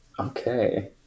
Okay